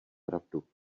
pravdu